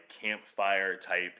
campfire-type